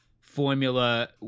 formula